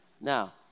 Now